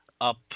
up